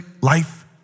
life